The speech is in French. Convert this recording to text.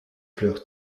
fleur